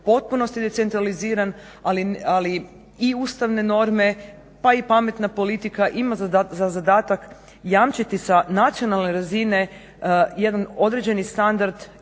potpunosti decentraliziran ali i ustavne norme pa i pametna politika ima za zadatak jamčiti sa nacionalne razine jedan određeni standard i za